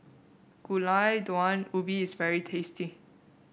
Gulai Daun Ubi is very tasty